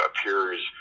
appears